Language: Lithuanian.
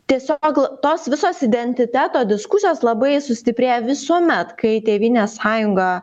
tiesiog tos visos identiteto diskusijos labai sustiprėja visuomet kai tėvynės sąjunga